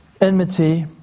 enmity